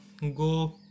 go